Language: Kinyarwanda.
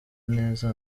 neza